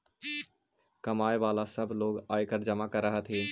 कमाय वला सब लोग आयकर जमा कर हथिन